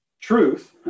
truth